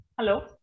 Hello